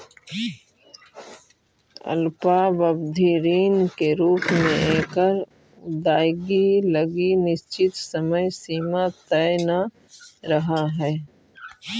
अल्पावधि ऋण के रूप में एकर अदायगी लगी निश्चित समय सीमा तय न रहऽ हइ